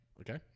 Okay